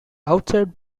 outside